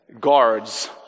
Guards